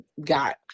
got